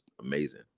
amazing